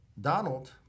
Donald